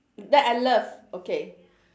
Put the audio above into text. that I love okay